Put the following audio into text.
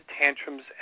tantrums